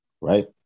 Right